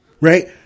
Right